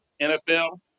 NFL